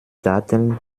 datteln